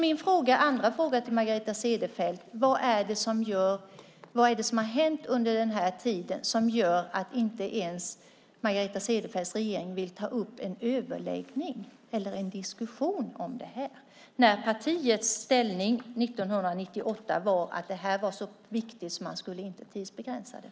Min andra fråga till Margareta Cederfelt är: Vad är det som har hänt under den här tiden som gör att inte ens Margareta Cederfelts regering vill ta upp en överläggning eller en diskussion om detta, när partiets inställning 1998 var att det här var så viktigt att man inte skulle tidsbegränsa det?